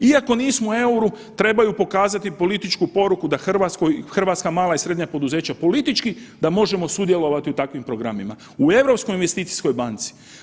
Iako nismo u EUR-u trebaju pokazati političku poruku da hrvatska mala i srednja poduzeća politički da možemo sudjelovati u takvim programima u Europskoj investicijskoj banci.